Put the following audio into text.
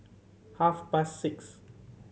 half past six